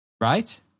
right